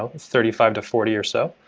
ah thirty five to forty or so,